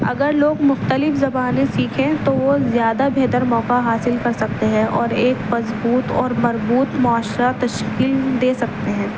اگر لوگ مختلف زبانیں سیکھیں تو وہ زیادہ بہتر موقع حاصل کر سکتے ہیں اور ایک مضبوط اور مربوط معاشرہ تشکیل دے سکتے ہیں